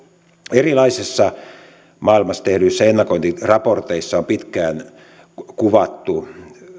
erilaisissa maailmassa tehdyissä ennakointiraporteissa on pitkään kuvattu